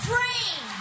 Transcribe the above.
rain